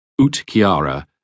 utkiara